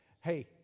hey